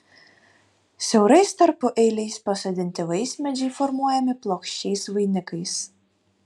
siaurais tarpueiliais pasodinti vaismedžiai formuojami plokščiais vainikais